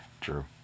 True